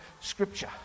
scripture